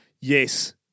Yes